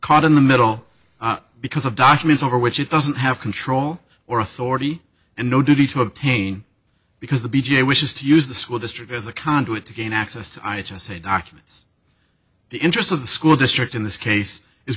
caught in the middle because of documents over which it doesn't have control or authority and no duty to obtain because the b j wishes to use the school district as a conduit to gain access to i say documents the interest of the school district in this case is